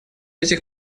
этих